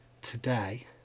today